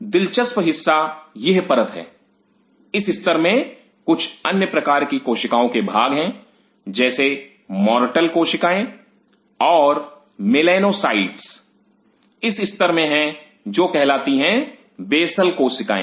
दिलचस्प हिस्सा यह परत है इस स्तर में कुछ अन्य प्रकार की कोशिकाओं के भाग हैं जैसे मॉर्टल कोशिकाएं और मिलेनोसाइट्स इस स्तर में है जो कहलाती हैं बेसल कोशिकाएं